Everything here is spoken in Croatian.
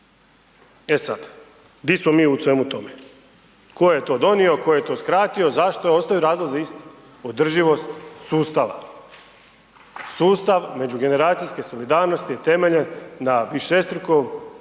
E sada, gdje smo mi u svemu tome. Tko je to donio, tko je to skratio, zašto, ostaju razlozi isti. Održivost sustava. Sustav međugeneracijske solidarnosti je temeljen na višestrukom